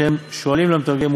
וכשהם שואלין למתרגם,